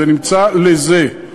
זה נמצא לזה,